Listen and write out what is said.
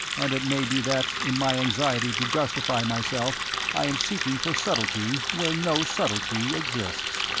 and it may be that in my anxiety to justify myself i am seeking for subtlety where no subtlety exists.